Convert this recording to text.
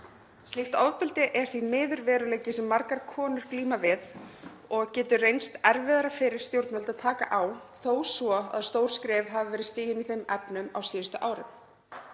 Slíkt ofbeldi er því miður veruleiki sem margar konur glíma við og getur reynst erfiðara fyrir stjórnvöld að taka á þó svo að stór skref hafi verið stigin í þeim efnum á síðustu árum.